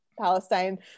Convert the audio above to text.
palestine